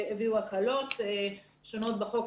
שהביאו הקלות שונות בחוק.